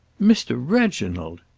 mr. reginald!